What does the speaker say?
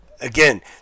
again